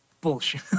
Bullshit